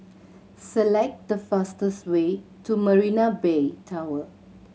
select the fastest way to Marina Bay Tower